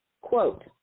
quote